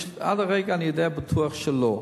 עד הרגע אני יודע בטוח שלא.